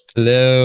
Hello